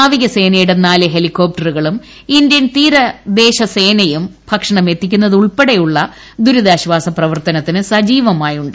നാവികസേനയുടെ നാല് ഹെലികോപ്ടറുകളും ഇന്ത്യൻ തീരദേശ സേനയും ഭക്ഷണമെത്തിക്കുന്നത് ഉൾപ്പെടെയുള്ള ദുരിതാശ്വാസ പ്രവർത്തനത്തിനു സജീവമായുണ്ട്